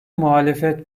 muhalefet